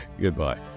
Goodbye